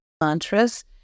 mantras